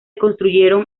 construyeron